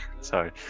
sorry